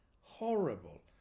horrible